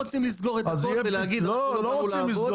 לא רוצים לסגור את הכל ולהגיד לכו לעבוד,